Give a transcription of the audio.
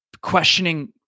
Questioning